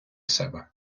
себе